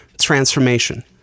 transformation